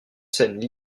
scènes